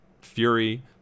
Fury